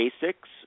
basics